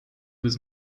was